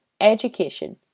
Education